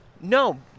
No